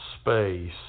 space